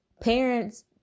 Parents